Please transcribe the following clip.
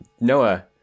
Noah